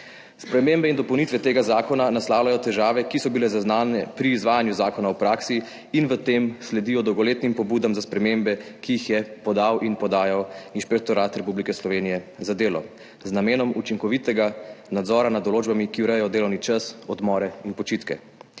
Spremembe in dopolnitve tega zakona naslavljajo težave, ki so bile zaznane pri izvajanju zakona v praksi in v tem sledijo dolgoletnim pobudam za spremembe, ki jih je podal in podajal Inšpektorat Republike Slovenije za delo z namenom učinkovitega nadzora nad določbami, ki urejajo delovni čas, odmore in počitke.